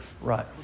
Right